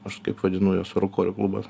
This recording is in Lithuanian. aš kaip vadinu juos rūkorių klubas